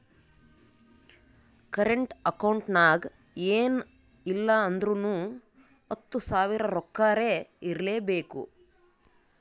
current account ನಾಗ್ ಎನ್ ಇಲ್ಲ ಅಂದುರ್ನು ಹತ್ತು ಸಾವಿರ ರೊಕ್ಕಾರೆ ಇರ್ಲೆಬೇಕು